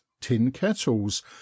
tin-kettles